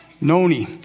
Noni